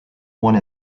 one